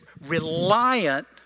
reliant